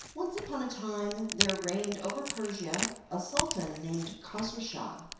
once upon a time there reigned over persia a sultan named kosrouschah,